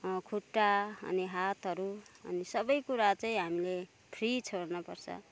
खुट्टा अनि हातहरू अनि सबै कुरा चाहिँ हामीले फ्री छोड्नुपर्छ